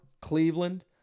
Cleveland